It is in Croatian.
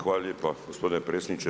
Hvala lijepa gospodine predsjedniče.